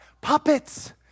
puppets